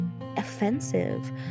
offensive